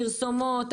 הפרסומות,